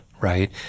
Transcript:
right